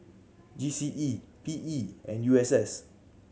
G C E P E and U S S